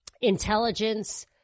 intelligence